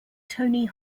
tony